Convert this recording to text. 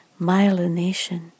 Myelination